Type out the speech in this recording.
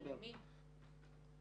ובספטמבר --- למי?